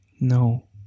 No